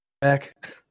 back